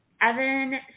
Evan